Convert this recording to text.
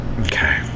Okay